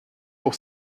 pour